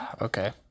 Okay